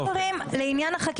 כן, בבקשה.